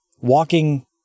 walking